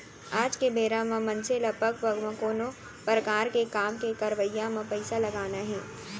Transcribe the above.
आज के बेरा म मनसे ल पग पग म कोनो परकार के काम के करवई म पइसा लगना हे